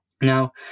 Now